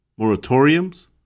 moratoriums